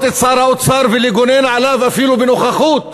את שר האוצר ולגונן עליו אפילו בנוכחות.